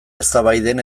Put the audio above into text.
eztabaiden